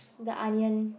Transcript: the onion